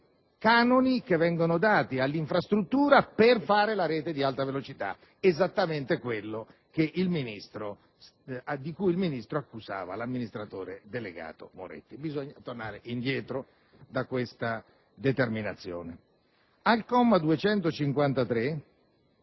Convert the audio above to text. canoni che vengono trasferiti all'infrastruttura per realizzare la rete dell'alta velocità, esattamente quello di cui il Ministro accusava l'amministratore delegato Moretti. Bisogna tornare indietro da questa determinazione. Al comma 253